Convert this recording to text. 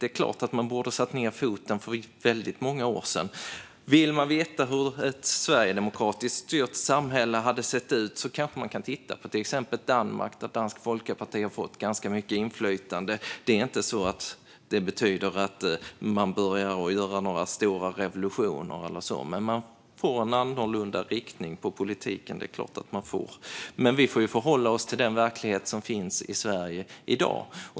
Det är klart att man borde ha satt ned foten för väldigt många år sedan. Den som vill veta hur ett sverigedemokratiskt styrt samhälle hade sett ut kanske kan titta på till exempel Danmark, där Dansk folkeparti har fått ganska mycket inflytande. Det är inte så att detta betyder att man börjar göra några stora revolutioner, men det är klart att man får en annorlunda riktning på politiken. Vi får dock förhålla oss till den verklighet som finns i Sverige i dag.